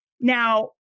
Now